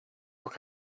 what